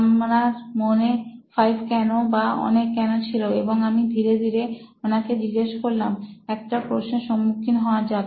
আমার মনে 5 কেন বা অনেক কেন ছিল এবং আমি ধীরে ধীরে ওনাকে জিজ্ঞাসা করলাম একটা প্রশ্নের সম্মুখীন হওয়া যাক